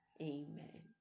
amen